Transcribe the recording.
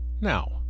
Now